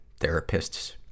therapists